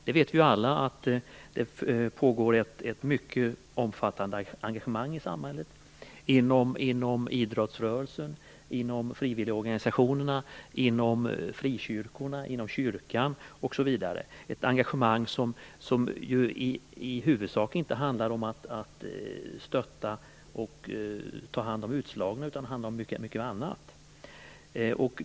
Vi vet ju alla att det finns ett mycket omfattande engagemang i samhället inom idrottsrörelsen, frivilligorganisationerna, frikyrkorna, kyrkan osv. Det är ett engagemang som i huvudsak inte handlar om att stötta och ta hand om utslagna utan om mycket annat.